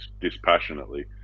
dispassionately